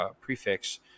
prefix